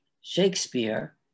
Shakespeare